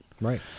Right